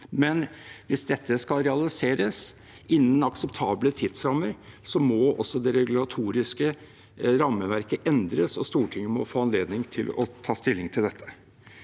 men hvis dette skal realiseres innen akseptable tidsrammer, må også det regulatoriske rammeverket endres, og Stortinget må få anledning til å ta stilling til dette.